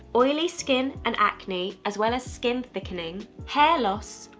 oily skin and acne as well as skin thickening, hair loss,